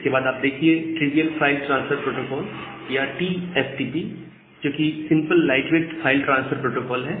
इसके बाद आप देखिए त्रिवियल फाइल ट्रांसफर प्रोटोकॉल या टीएफटीपी जो कि simple light weight file transfer protocol है